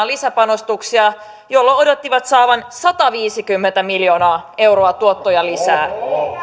lisäpanostuksia jolloin odottivat saavansa sataviisikymmentä miljoonaa euroa tuottoja lisää